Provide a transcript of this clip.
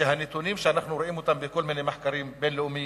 והנתונים שאנחנו רואים בכל מיני מחקרים בין-לאומיים,